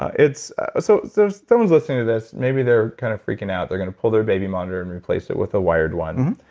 ah ah so so someone's listening to this, maybe they're kind of freaking out. they're going to pull their baby monitor and replace it with a wired one.